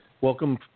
Welcome